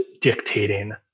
dictating